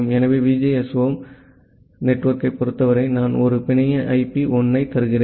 எனவே VGSOM நெட்வொர்க்கைப் பொறுத்தவரை நான் ஒரு பிணைய ஐபி 1 ஐ தருகிறேன்